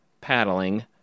paddling